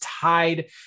tied